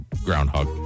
groundhog